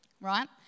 right